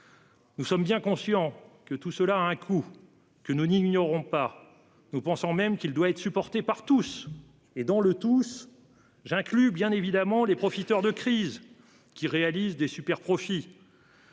Nous sommes bien conscients que tout cela a un coût que nous n'ignorons pas. Nous pensons même que ce coût doit être supporté par tous, parmi lesquels je compte bien évidemment les profiteurs de crises qui réalisent des superprofits.